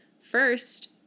First